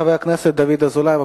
חבר הכנסת דוד אזולאי.